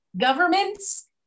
governments